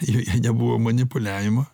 joje nebuvo manipuliavimo